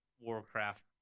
Warcraft